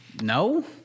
No